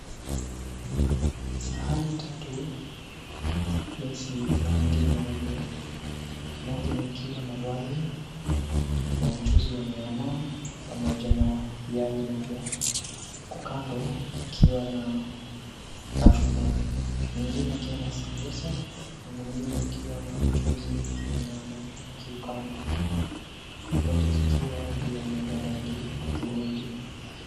Sahani tatu za glesi, za rangi nyeupe. Moja ikiwa na wali na mchuzi wa nyama pamoja na yai moja, kwa kando ikiwa na kachumbari. Nyingine ikiwa na sambusa, na nyingine ikiwa na mchuzi wa nyama na kiukamba. Zote zikiwa juu ya meza, rangi ya hudhurungi.